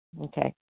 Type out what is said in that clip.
Okay